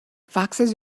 foxes